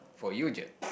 for you jer